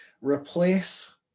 replace